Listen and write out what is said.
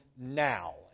now